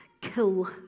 kill